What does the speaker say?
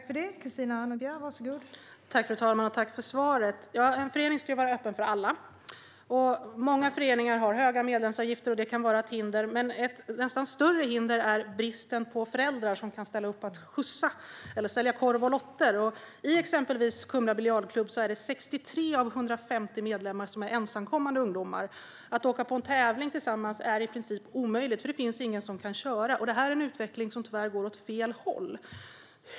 Fru talman! Jag tackar ministern för svaret. En förening ska vara öppen för alla. Många föreningar har höga medlemsavgifter, och det kan vara ett hinder. Men ett nästan större hinder är bristen på föräldrar som kan ställa upp och skjutsa eller sälja korv och lotter. I exempelvis Kumla biljardklubb är 63 av 150 medlemmar ensamkommande ungdomar. Att åka på en tävling tillsammans är i princip omöjligt, för det finns ingen som kan köra. Detta är en utveckling som tyvärr går åt fel håll.